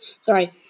Sorry